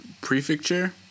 Prefecture